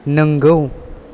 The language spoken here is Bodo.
नोंगौ